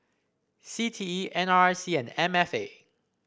C T E N R I C and M F A